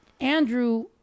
Andrew